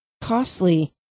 costly